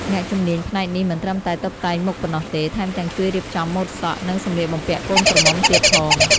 អ្នកជំនាញផ្នែកនេះមិនត្រឹមតែតុបតែងមុខប៉ុណ្ណោះទេ ថែមទាំងជួយរៀបចំម៉ូដសក់ និងសម្លៀកបំពាក់កូនក្រមុំទៀតផង។